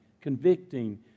convicting